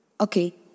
okay